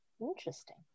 Interesting